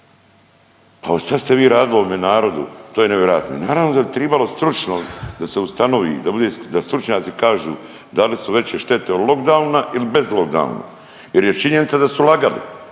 Pa šta ste vi radili ovome narodu to je nevjerojatno i naravno da bi tribalo stručno da se ustanovi, da bude, da stručnjaci kažu da li su veće štete od lock downa ili bez lock downa jer je činjenica da su lagali.